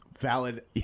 Valid